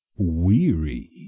weary